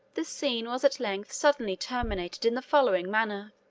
the scene was at length suddenly terminated in the following manner